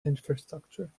infrastructure